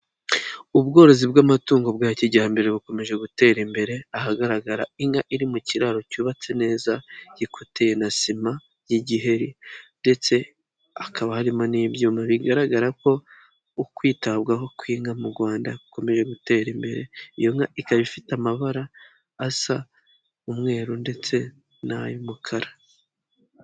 Ubworozi bw'amatungo bwa kijyambere bukomeje gutera imbere, ahagaragara inka iri mu kiraro cyubatse neza, gikoteye na sima y'igiheri ndetse hakaba harimo n'ibyuma, bigaragara ko ukwitabwaho kw'inka mu Rwanda, gukomeje gutera imbere, iyo nka ikaba ifite amabara asa umweru ndetse n'ay'umukara.